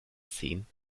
zehn